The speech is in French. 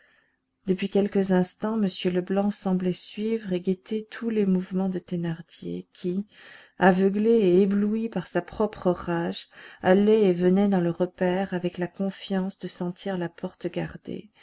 depuis quelques instants m leblanc semblait suivre et guetter tous les mouvements de thénardier qui aveuglé et ébloui par sa propre rage allait et venait dans le repaire avec la confiance de sentir la porte gardée